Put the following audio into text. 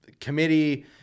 Committee